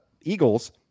Eagles